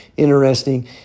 interesting